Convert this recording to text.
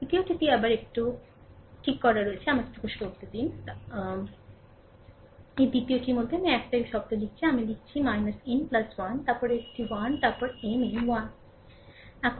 দ্বিতীয়টি আবার এটি আবার দুঃখিত বলে এটি আবার ঠিক ধরে রাখা হয়েছে আমাকে এটি পরিষ্কার করতে দিন let ঠিক ধরে রাখুন ঠিক তাই দ্বিতীয়টির মধ্যে এটি আবার একই শব্দ আমি লিখছি n 1 তারপরে একটি 1 তারপর Mn 1 ডান